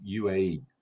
UAE